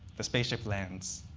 the spaceship lands.